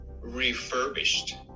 refurbished